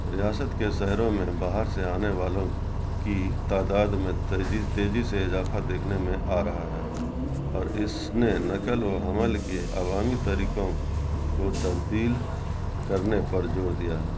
ریاست کے شہروں میں باہر سے آنے والوں کی تعداد میں تیزی تیزی سے اضافہ دیکھنے میں آ رہا ہے اور اس نے نقل و حمل کے عوامی طریقوں کو تبدیل کرنے پر زور دیا ہے